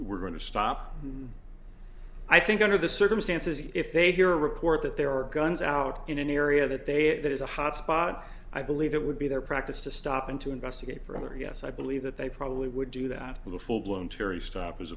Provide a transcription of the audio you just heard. we're going to stop i think under the circumstances if they hear a report that there are guns out in an area that they it is a hot spot i believe it would be their practice to stop and to investigate further yes i believe that they probably would do that with a full blown teary stop as